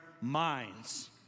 minds